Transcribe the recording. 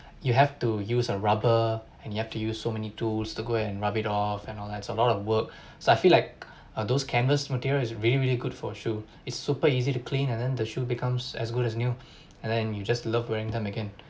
you have to use a rubber and you have to you so many tools to go and rub it off and all that it's a lot of work so I feel like uh those canvas material is really really good for shoe it's super easy to clean and then the shoe becomes as good as new and then you just love wearing them again